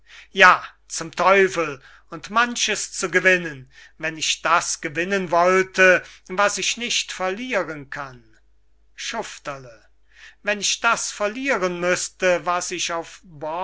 ja zum teufel und manches zu gewinnen wenn ich das gewinnen wollte was ich nicht verlieren kann schufterle wenn ich das verlieren müßte was ich auf